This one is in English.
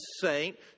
saint